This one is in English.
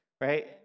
right